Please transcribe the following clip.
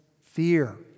fear